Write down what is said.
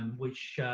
um which,